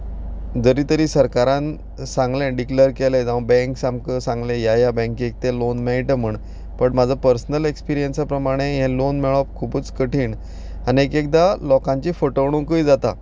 जरी तरी सरकारान सांगलें डिक्लेर केलें जावं बँक्स आमकां सांगलें ह्या ह्या बँकींत ते लोन मेळटा म्हूण बट म्हजो पर्सनल एक्सपिरियंसा प्रमाणे हे लोन मेळप खुबूच कठीण आनी एक एकदां लोकांची फटवणुकूय जाता